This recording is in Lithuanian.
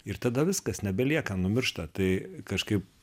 ir tada viskas nebelieka numiršta tai kažkaip